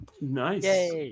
Nice